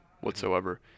whatsoever